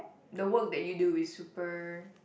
the work that you do is super